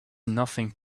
nothing